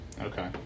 Okay